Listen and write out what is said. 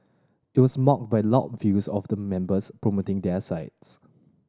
it was marked by loud views of the members promoting their sides